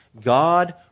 God